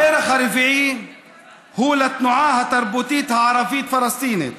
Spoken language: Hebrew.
הפרח הרביעי הוא התנועה התרבותית הערבית-פלסטינית